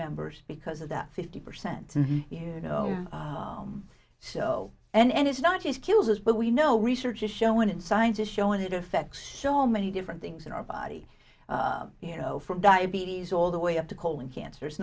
members because of that fifty percent you know so and it's not just kills us but we know research is showing and scientists show and it affects so many different things in our body you know from diabetes all the way up to colon cancer is